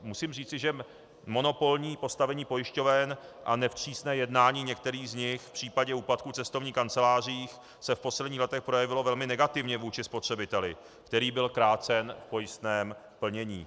Musím říci, že monopolní postavení pojišťoven a nevstřícné jednání některých z nich v případě úpadku cestovních kanceláří se v posledních letech projevilo velmi negativně vůči spotřebiteli, který byl krácen v pojistném plnění.